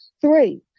Three